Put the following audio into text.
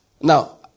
Now